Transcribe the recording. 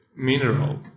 Mineral